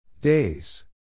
Days